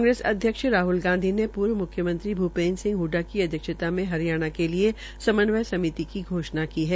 कांग्रेस अध्यक्ष राह्ल गांधी ने पूर्व मुख्यमंत्री भ्पेन्द्र सिंह हडडा की अध्यक्षता मे हरियाणा के लिये समन्वय समिति की घोष्णा की है